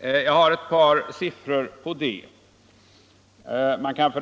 Jag har ett par siffror som belyser detta.